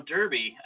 Derby